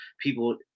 people